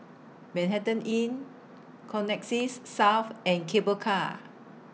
Manhattan Inn Connexis South and Cable Car